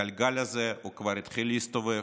הגלגל הזה כבר התחיל להסתובב,